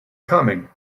coming